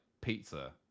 pizza